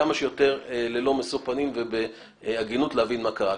בכמה שיותר ללא משוא פנים ובהגינות להבין מה קרה.